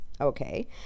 Okay